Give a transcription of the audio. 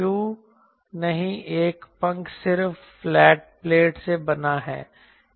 क्यों नहीं एक पंख सिर्फ फ्लैट प्लेट से बना है